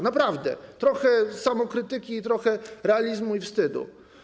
Naprawdę, trochę samokrytyki, trochę realizmu i wstydu.